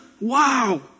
Wow